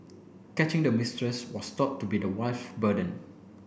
catching the mistress was thought to be the wife burden